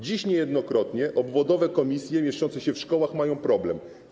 Dziś niejednokrotnie obwodowe komisje mieszczące się w szkołach mają problem.